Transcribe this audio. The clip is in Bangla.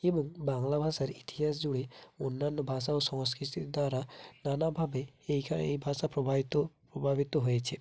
এবং বাংলা ভাষার ইতিহাস জুড়ে অন্যান্য ভাষা ও সংস্কৃতির দ্বারা নানাভাবে এইখা এই ভাষা প্রবাহিত প্রভাবিত হয়েছে